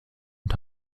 und